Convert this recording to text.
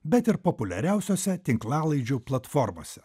bet ir populiariausiose tinklalaidžių platformose